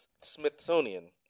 Smithsonian